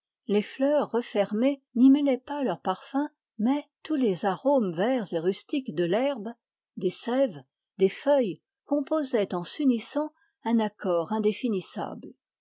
les fleurs refermées n'y mêlaient pas leur parfum mais tous les arômes verts et rustiques de l'herbe des sèves des feuilles composaient en s'unissant un accord indéfinissable